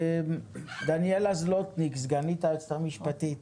דניאלה זלוטניק סגנית היועצת המשפטית,